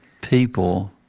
people